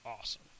awesome